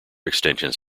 extensions